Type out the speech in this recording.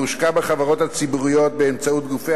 המושקע בחברות הציבוריות באמצעות גופי